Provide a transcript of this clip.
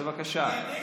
בבקשה.